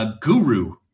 guru